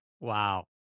Wow